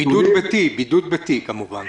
בידוד ביתי כמובן.